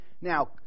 Now